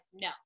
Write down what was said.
no